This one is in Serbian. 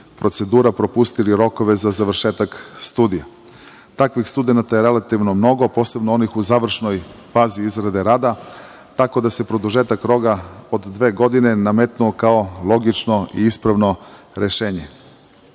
procedura propustili rokove za završetak studija. Takvih studenata je relativno mnogo, posebno onih u završnoj fazi izrade rada, tako da se produžetak roka od dve godine nametnuo kao logično i ispravno rešenje. Šteta